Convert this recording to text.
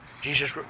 Jesus